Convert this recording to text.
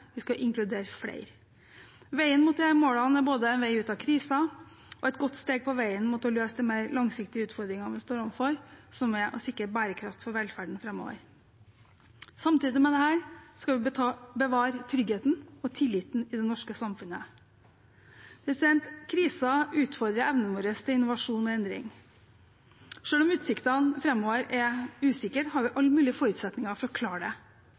Vi skal inkludere flere. Veien mot disse målene er både en vei ut av krisen og et godt steg på veien mot å løse de mer langsiktige utfordringene vi står overfor, som er å sikre bærekraft for velferden framover. Samtidig med dette skal vi bevare tryggheten og tilliten i det norske samfunnet. Krisen utfordrer evnen vår til innovasjon og endring. Selv om utsiktene framover er usikre, har vi alle mulige forutsetninger for å klare det.